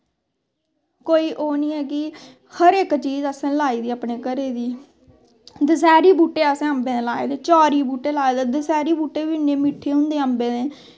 कोई ओह् नी ऐ कि हर इस चीज़ असैं लाई दी अपने घरे दी दसैरी बूह्टे असैं अम्बे दे लाए दे चारी बूह्टे लाए दे दसैरी बूह्टे बी इन्ने मिट्ठे होंदे अम्बें दे